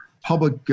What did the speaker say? public